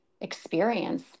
experience